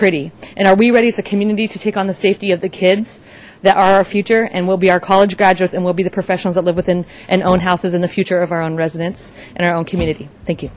pretty and are we ready it's a community to take on the safety of the kids that are our future and will be our college graduates and will be the professionals that live within and owned houses in the future of our own residents and our own community